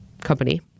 company